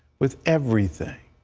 with everything,